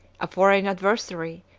a foreign adversary,